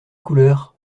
couleur